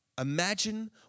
Imagine